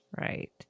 Right